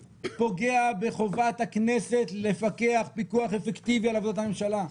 בחובת הכנסת לפקח פיקוח אפקטיבי על עבודת הממשלה,